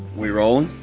we rolling?